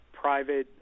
private